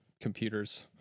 computers